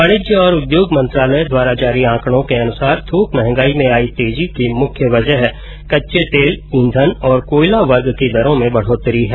वाणिज्य और उद्योग मंत्रालय द्वारा जारी आंकड़ो के अनुसार थोक महंगाई में आयी तेजी की मुख्य वजह कच्चे तेल ईंधन और कोयला वर्ग की दरों में बढोतरी है